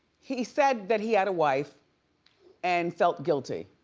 he said that he had a wife and felt guilty.